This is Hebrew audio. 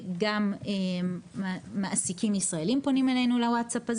גם מעסיקים ישראלים פונים אלינו לוואטסאפ,